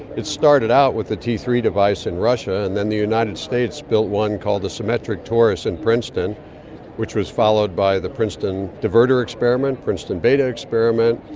it started out with the t three device in russia and then the united states built one called the symmetric torus in and princeton which was followed by the princeton divertor experiment, princeton beta experiment,